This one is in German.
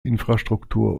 infrastruktur